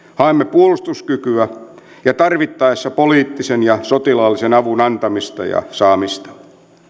puolustuskykyä ja tarvittaessa poliittisen ja sotilaallisen avun antamista ja saamista